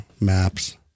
maps